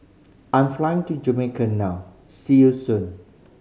I'm flying to Jamaica now see you soon